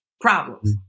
problems